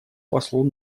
послу